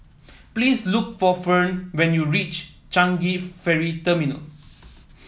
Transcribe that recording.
please look for Ferne when you reach Changi Ferry Terminal